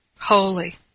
holy